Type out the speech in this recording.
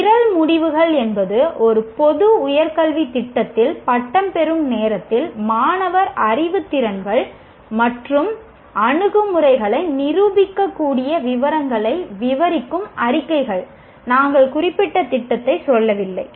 நிரல் முடிவுகள் என்பது ஒரு பொது உயர் கல்வித் திட்டத்தில் பட்டம் பெறும் நேரத்தில் மாணவர் அறிவின் திறன்கள் மற்றும் அணுகுமுறைகளை நிரூபிக்கக்கூடிய விவரங்களை விவரிக்கும் அறிக்கைகள் நாங்கள் குறிப்பிட்ட திட்டத்தை சொல்லவில்லை